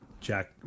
Jack